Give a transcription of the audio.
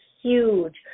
huge